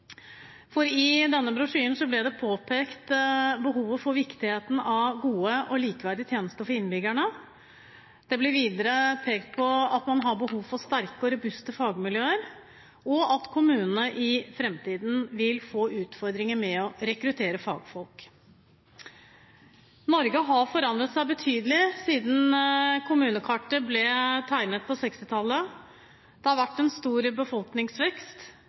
i kommunene. I denne brosjyren ble det påpekt viktigheten av gode og likeverdige tjenester for innbyggerne. Det ble videre pekt på at man har behov for sterke og robuste fagmiljøer, og at kommunene i framtiden vil få utfordringer med å rekruttere fagfolk. Norge har forandret seg betydelig siden kommunekartet ble tegnet på 1960-tallet: Det har vært en stor befolkningsvekst,